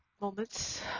moments